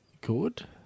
good